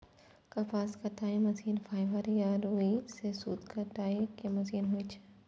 कपास कताइ machine fibre या रुइ सं सूत कताइ के मशीन होइ छै